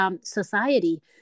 society